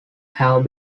have